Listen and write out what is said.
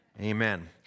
Amen